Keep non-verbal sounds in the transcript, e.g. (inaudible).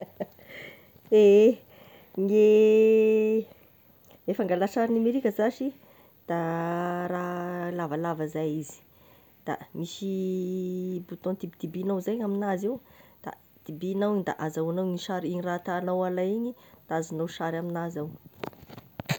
(laughs) Ehe, gne (hesitation) e fangala sary nomerika zasy, da (hesitation) raha lavalava zey izy, da misy (hesitation) bouton tibitibihignao zay gn'amignazy eo, da tibihignao igny da azahoagnao gny sary igny raha tàgnao alay igny da azognao sary amignazy ao.